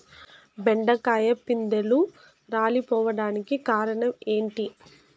బెండకాయ పిందెలు రాలిపోవడానికి కారణం ఏంటి?